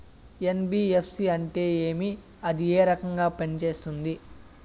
NBFC అంటే ఏమి అది ఏ రకంగా పనిసేస్తుంది